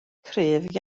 cryf